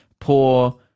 poor